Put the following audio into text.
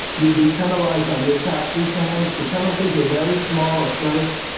you'd be penalised on your tax returns. the penalties were very small at first,